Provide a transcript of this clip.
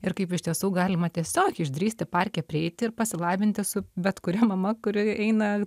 ir kaip iš tiesų galima tiesiog išdrįsti parke prieiti ir pasilabinti su bet kuria mama kuri eina